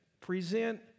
present